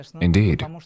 Indeed